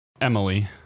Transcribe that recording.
Emily